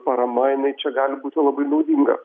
parama jinai čia gali būti labai naudinga